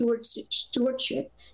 stewardship